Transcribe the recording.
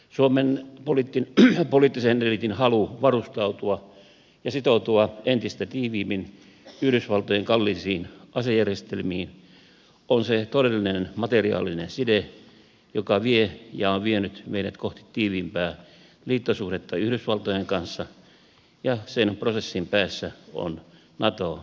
suomen poliittisen eliitin halu varustautua ja sitoutua entistä tiiviimmin yhdysvaltojen kalliisiin asejärjestelmiin on se todellinen materiaalinen side joka vie ja on vienyt meidät kohti tiiviimpää liittosuhdetta yhdysvaltojen kanssa ja sen prosessin päässä on nato jäsenyys